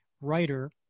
writer